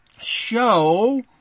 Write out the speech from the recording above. show